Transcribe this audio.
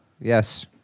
Yes